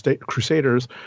crusaders